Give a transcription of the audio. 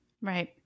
Right